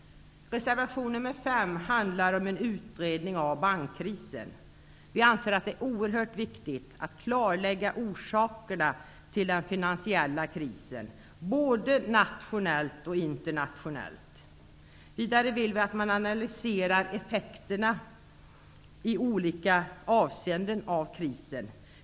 Reservation nr 5 handlar om en utredning av bankkrisen. Vi anser det oerhört viktigt att klarlägga orsakerna till den finansiella krisen, både nationellt och internationellt. Vidare vill vi att man analyserar effekterna i olika avseenden av krisen.